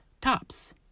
tops